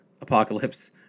apocalypse